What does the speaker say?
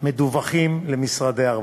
מדווחים לשירותי הרווחה,